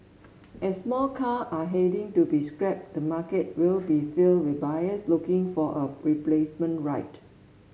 as more car are heading to be scrapped the market will be filled with buyers looking for a replacement ride